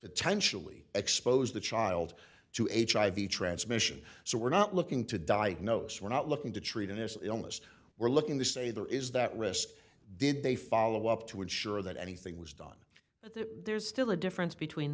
potentially expose the child to each i v transmission so we're not looking to diagnose we're not looking to treat it as illness we're looking to say there is that risk did they follow up to ensure that anything was done but there's still a difference between